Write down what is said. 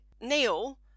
neil